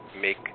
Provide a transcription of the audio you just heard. make